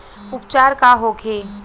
उपचार का होखे?